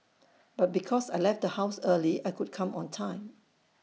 but because I left the house early I could come on time